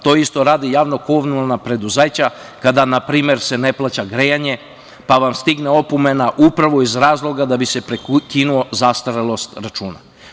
To isto rade i javno-komunalna preduzeća kada na primer se ne plaća grejanje, pa vam stigne opomena upravo iz razloga da bi se prekinula zastarelost računa.